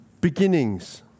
beginnings